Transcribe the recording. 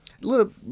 Look